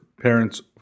Parents